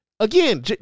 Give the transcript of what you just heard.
Again